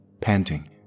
panting